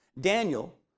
Daniel